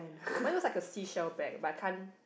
mine looks like a seashell bag but I can't